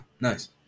nice